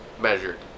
Measured